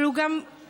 אבל הוא גם חזק,